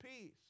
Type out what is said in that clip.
peace